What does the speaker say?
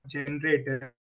Generator